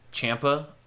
Champa